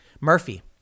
Murphy